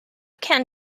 can